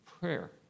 prayer